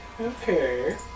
okay